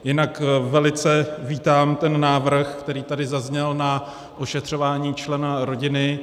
Jinak velice vítám ten návrh, který tady zazněl, na ošetřování člena rodiny.